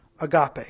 agape